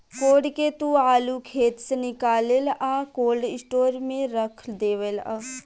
code के तू आलू खेत से निकालेलऽ आ कोल्ड स्टोर में रख डेवेलऽ